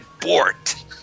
BORT